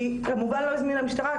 היא כמובן לא הזמינה משטרה,